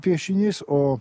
piešinys o